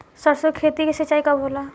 सरसों की खेती के सिंचाई कब होला?